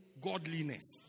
godliness